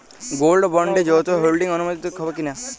Gold বন্ডে যৌথ holding অনুমোদিত হবে কিনা?